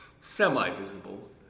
semi-visible